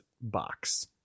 box